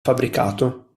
fabbricato